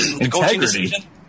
Integrity